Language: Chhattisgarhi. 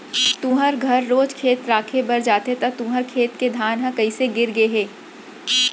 तुँहर घर रोज खेत राखे बर जाथे त तुँहर खेत के धान ह कइसे गिर गे हे?